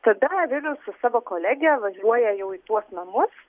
tada vilius su savo kolege važiuoja jau į tuos namus